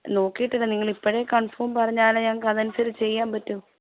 നോക്കിയിട്ടില്ല നിങ്ങൾ ഇപ്പോഴേ കണ്ഫേം പറഞ്ഞാലേ ഞങ്ങൾക്ക് അതനുസരിച്ച് ചെയ്യാന് പറ്റൂ